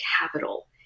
capital